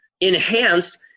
enhanced